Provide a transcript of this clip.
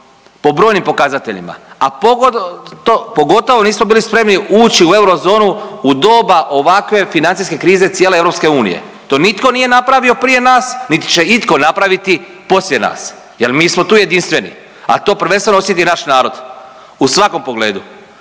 po brojnim pokazateljima, a pogotovo nismo bili spremni ući u eurozonu o doba ovakve financijske krize cijele EU. To nitko nije napravio prije nas, niti će itko napraviti poslije nas jer mi smo tu jedinstveni, a to prvenstveno osjeti naš narod u svakom pogledu.